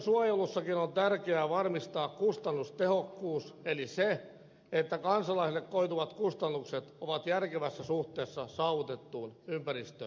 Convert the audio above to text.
ympäristönsuojelussakin on tärkeää varmistaa kustannustehokkuus eli se että kansalaisille koituvat kustannukset ovat järkevässä suhteessa saavutettuun ympäristöhyötyyn